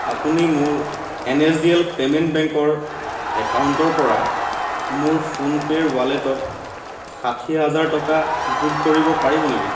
আপুনি মোৰ N S D L payment বেংকৰ একাউণ্টৰপৰা মোৰ ফোন পে'ৰ ৱালেটত ষাঠি হাজাৰ টকা যোগ কৰিব পাৰিব নেকি